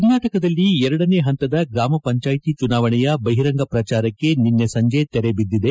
ಕರ್ನಾಟಕದಲ್ಲಿ ಎರಡನೇ ಪಂತದ ಗ್ರಾಮ ಪಂಚಾಯಿತಿ ಚುನಾವಣೆಯ ಬಹಿರಂಗ ಪ್ರಚಾರಕ್ಷೆ ನಿನ್ನೆ ಸಂಜೆ ತೆರೆ ಬಿದ್ದಿದೆ